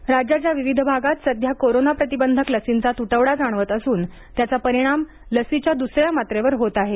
लसीकरण राज्याच्या विविध भागात सध्या कोरोना प्रतिबंधक लसींचा तुटवडा जाणवत असून त्याचा परिणाम लसीच्या द्सऱ्या मात्रेवर होत आहे